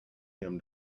him